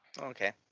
Okay